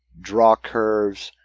draw curves,